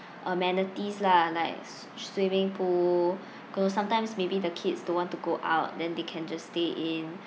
amenities lah like s~ swimming pool cause sometimes maybe the kids don't want to go out then they can just stay in